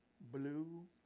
blue